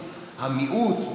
המיעוט,